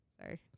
sorry